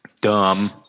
Dumb